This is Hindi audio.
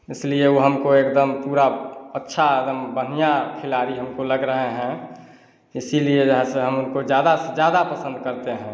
इसलिए वह हमको एकदम पूरा अच्छा एकदम बढ़ियाँ खिलाड़ी हमको लग रहे हैं इसीलिए जो है सो हम उनको ज़्यादा से ज़्यादा पसन्द करते हैं